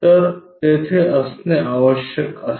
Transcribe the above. तर तेथे असणे आवश्यक आहे